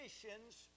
conditions